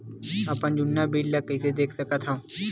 अपन जुन्ना बिल ला कइसे देख सकत हाव?